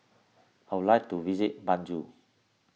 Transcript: I would like to visit Banjul